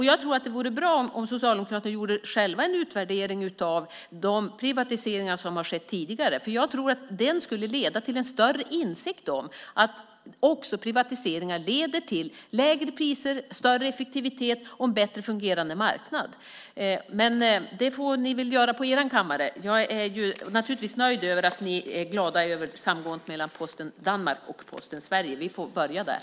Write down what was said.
Jag tror att det vore bra om Socialdemokraterna själva gjorde en utvärdering av de privatiseringar som tidigare har skett, för jag tror att en sådan utvärdering skulle leda till en större insikt om att också privatiseringar leder till lägre priser, en större effektivitet och en bättre fungerande marknad. Men det får ni väl göra på er kammare. Jag är naturligtvis nöjd med att ni är glada över samgåendet mellan Posten Danmark och Posten Sverige. Vi får börja där.